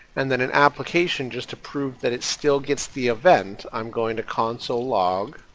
and then in application just to prove that it still gets the event, i'm going to console log